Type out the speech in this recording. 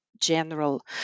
General